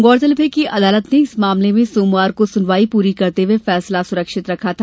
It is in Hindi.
गौरतलब है कि अदालत ने इस मामले में सोमवार को सुनवाई पूरी करते हुए फैसला सुरक्षित रखा था